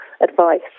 advice